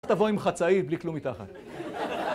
תבואי עם חצאית בלי כלום מתחת